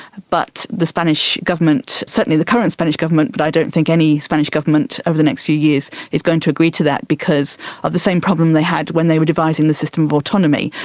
but the spanish government, certainly the current spanish government but i don't think any spanish government over the next few years is going to agree to that because of the same problem they had when they were devising the system of autonomy,